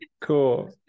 cool